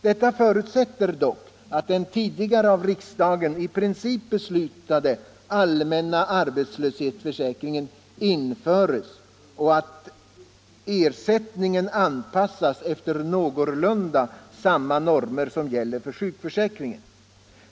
Detta förutsätter dock att den tidigare av riksdagen i princip beslutade allmänna arbetslöshetsförsäkringen införs och att ersättningen någorlunda anpassas efter de normer som gäller för sjukförsäkringen.